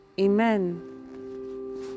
amen